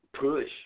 push